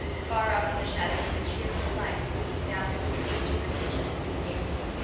far up in the shadows a cheerful light gleamed out through the trees from the kitchen at green gables.